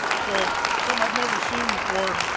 so so i've never seen before,